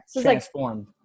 transformed